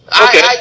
Okay